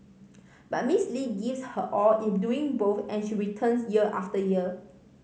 but Miss Lee gives her all in doing both and she returns year after year